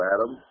Adam